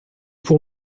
pour